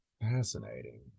fascinating